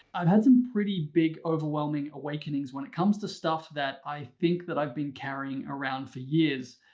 i've had some pretty big overwhelming awakenings when it comes to stuff that i think that i've been carrying around for years.